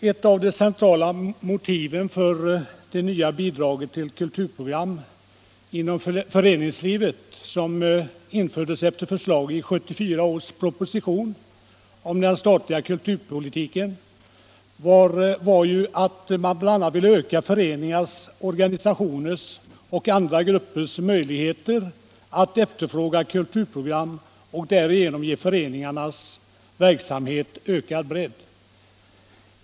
Ett av de centrala motiven för det nya bidraget till kulturprogram inom föreningslivet som infördes efter förslag i 1974 års proposition om den statliga kulturpolitiken var att man bl.a. ville öka föreningars, organisationers och andra gruppers möjligheter att efterfråga kulturprogram och därigenom ge föreningarnas verksamhet ökad bredd.